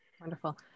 Wonderful